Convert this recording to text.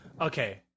Okay